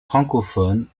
francophone